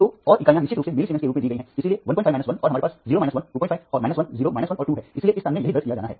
तो और इकाइयाँ निश्चित रूप से मिलीसीमेंस के रूप में दी गई हैं इसलिए 15 1 और हमारे पास 0 1 25 और 1 0 1 और 2 है इसलिए इस स्थान में यही दर्ज किया जाना है